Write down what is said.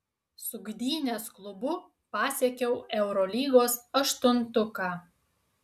su gdynės klubu pasiekiau eurolygos aštuntuką